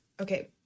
okay